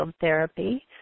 therapy